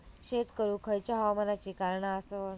शेत करुक खयच्या हवामानाची कारणा आसत?